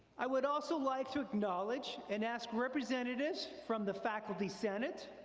i would also like to acknowledge and ask representatives from the faculty senate,